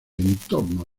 entorno